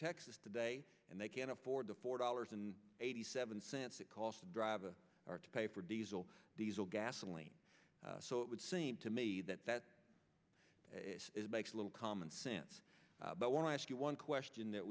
texas today and they can't afford the four dollars and eighty seven cents it cost to drive a car to pay for diesel diesel gasoline so it would seem to me that that makes a little common sense but when i ask you one question that